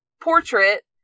portrait